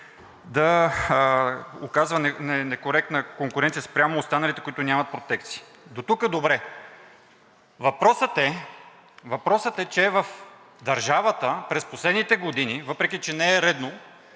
да оказва некоректна конкуренция спрямо останалите, които нямат протекции. Дотук добре. Въпросът е, че в държавата през последните години, въпреки че не е редно,